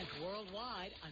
worldwide